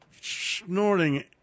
snorting